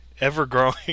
ever-growing